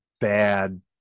bad